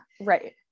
Right